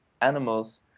animals